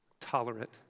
tolerant